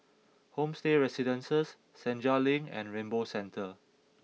Homestay Residences Senja Link and Rainbow Centre